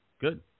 Good